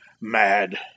mad